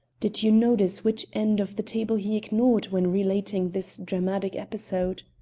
did you notice which end of the table he ignored when relating this dramatic episode?